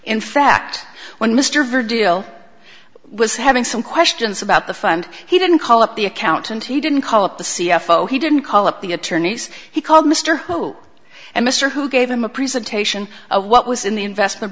in fact when mr verver deal was having some questions about the fund he didn't call up the accountant he didn't call up the c f o he didn't call up the attorneys he called mr ho and mr who gave him a presentation of what was in the investment